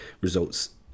results